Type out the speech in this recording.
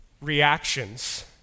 reactions